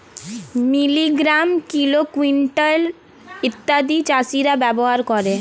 milligram, kilo, quintal ইত্যাদি চাষীরা ব্যবহার করে